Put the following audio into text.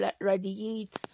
radiate